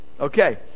okay